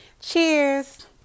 Cheers